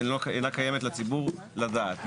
אינה קיימת לציבור לדעת.